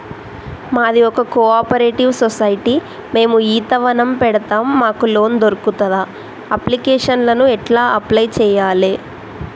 మాది ఒక cooperative society మేము ఈత వనం పెడతం మాకు లోన్ దొర్కుతదా? అప్లికేషన్లను ఎట్ల అప్లయ్ చేయాలే?